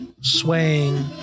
swaying